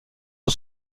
aux